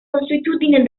consuetudine